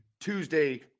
Tuesday